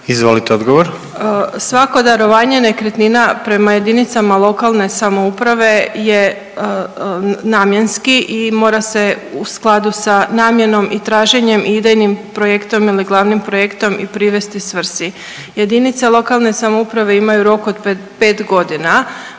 **Bošnjak, Sanja** Svako darovanje nekretnina prema jedinicama lokalne samouprave je namjenski i mora se u skladu sa namjenom i traženjem i idejnim projektom ili glavnim projektom i privesti svrsi. Jedinice lokalne samouprave imaju rok od 5 godina.